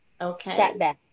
Okay